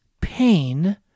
pain